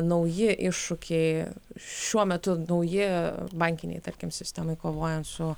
nauji iššūkiai šiuo metu nauji bankiniai tarkim sistemai kovojant su